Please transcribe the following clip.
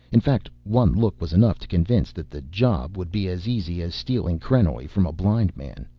in fact one look was enough to convince that the job will be as easy as stealing krenoj from a blind man.